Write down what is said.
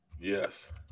Yes